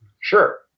Sure